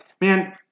man